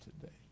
today